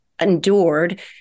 endured